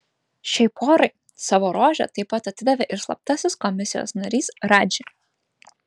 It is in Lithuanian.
šiai porai savo rožę taip pat atidavė ir slaptasis komisijos narys radži